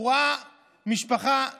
הוא ראה משפחה טובעת,